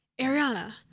ariana